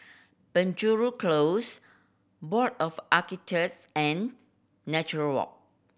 Penjuru Close Board of Architects and Nature Walk